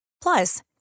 Plus